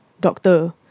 Doctor